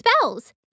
spells